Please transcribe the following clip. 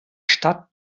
stadt